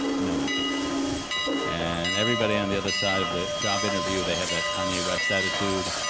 no one cares and everybody on the other side of the job interview, they have that kanye west attitude,